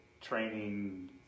training